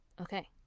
okay